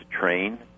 train